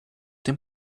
dem